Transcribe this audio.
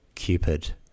Cupid